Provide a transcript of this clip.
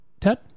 Ted